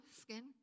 skin